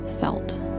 felt